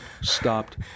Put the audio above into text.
stopped